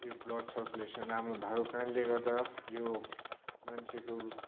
यो blood circulation राम्रो भएको कारणले गर्दा यो मान्छेको